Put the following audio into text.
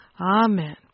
Amen